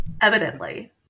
evidently